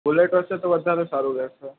bullet હશે તો વધારે સારું રહેશે